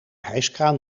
hijskraan